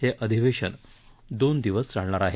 हे अधिवेशन दोन दिवस चालणार आहे